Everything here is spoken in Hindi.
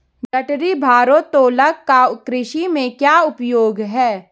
गठरी भारोत्तोलक का कृषि में क्या उपयोग है?